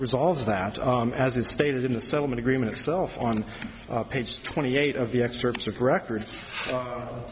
resolve that as is stated in the settlement agreement itself on page twenty eight of the excerpts of record